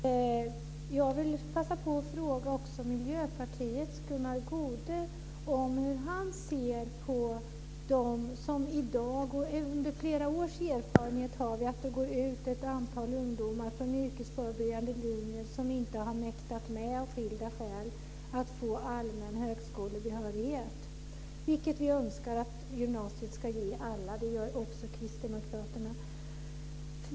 Herr talman! Jag vill passa på att fråga Miljöpartiets Gunnar Goude hur han ser på de ungdomar som i dag - vi har erfarenheter sedan flera år - går ut från yrkesförberedande linjer och som av skilda skäl inte har mäktat med att få allmän högskolebehörighet. Det önskar vi att gymnasiet ska ge alla, och det gör också kristdemokraterna.